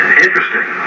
Interesting